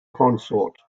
consort